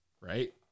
right